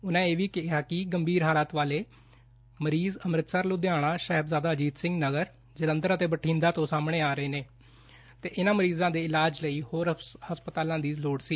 ਉਹਨਾਂ ਇਹ ਵੀ ਕਿਹਾ ਕਿ ਗੰਭੀਰ ਹਾਲਾਤ ਵਾਲੇ ਮਰੀਜ਼ ਅਮ੍ਰਿਤਸਰ ਲੁਧਿਆਣਾ ਸਾਹਿਬਜ਼ਾਦਾ ਅਜੀਤ ਸਿੰਘ ਨਗਰ ਜਲੰਧਰ ਤੇ ਬਠਿੰਡਾ ਤੋ ਸਮਾਣੇ ਆ ਰਹੇ ਹਨ ਤੇ ਇਹਨਾ ਮਰੀਜਾ ਦੇ ਇਲਾਜ ਲਈ ਹੋਰ ਹਸਪਤਾਲਾਂ ਦੀ ਲੋੜ ਸੀ